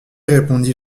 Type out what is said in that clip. répondit